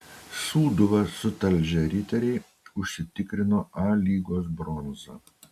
sūduvą sutalžę riteriai užsitikrino a lygos bronzą